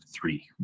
three